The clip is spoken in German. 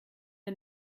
der